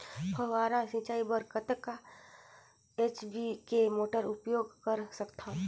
फव्वारा सिंचाई बर कतका एच.पी के मोटर उपयोग कर सकथव?